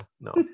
no